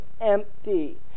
empty